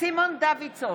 סימון דוידסון,